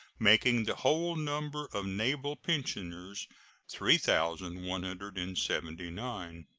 making the whole number of naval pensioners three thousand one hundred and seventy nine.